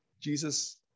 Jesus